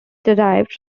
derived